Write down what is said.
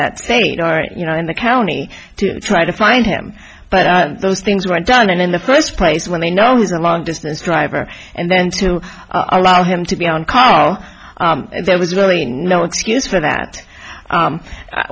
that state or you know in the county to try to find him but those things were done in the first place when a known as a long distance driver and then to allow him to be on call there was really no excuse for that